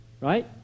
right